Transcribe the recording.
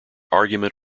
argument